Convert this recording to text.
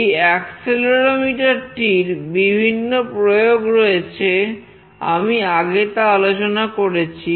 এই অ্যাক্সেলেরোমিটার টির বিভিন্ন প্রয়োগ রয়েছে আমি আগে তা আলোচনা করেছি